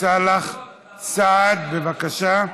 סאלח סעד, בבקשה.